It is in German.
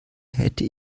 hätte